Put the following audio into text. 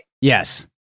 Yes